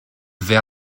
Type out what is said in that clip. vers